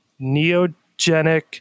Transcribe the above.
Neogenic